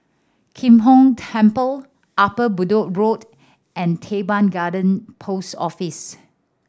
Kim Hong Temple Upper Bedok Road and Teban Garden Post Office